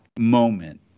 moment